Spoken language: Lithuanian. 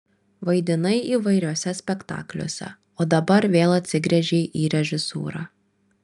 vaidinai įvairiuose spektakliuose o dabar vėl atsigręžei į režisūrą